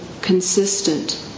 consistent